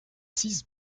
six